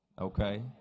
Okay